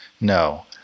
No